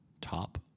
Top